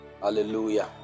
Hallelujah